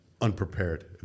unprepared